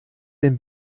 den